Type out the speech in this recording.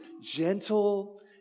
gentle